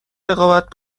رقابت